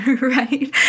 right